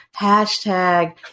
hashtag